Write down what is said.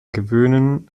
gewöhnen